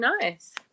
nice